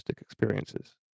experiences